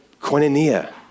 koinonia